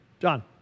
John